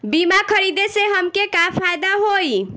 बीमा खरीदे से हमके का फायदा होई?